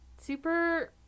super